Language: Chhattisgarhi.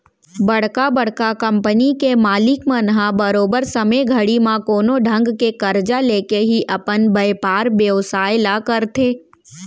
बड़का बड़का कंपनी के मालिक मन ह बरोबर समे घड़ी म कोनो ढंग के करजा लेके ही अपन बयपार बेवसाय ल करथे